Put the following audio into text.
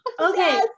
Okay